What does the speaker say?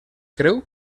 creu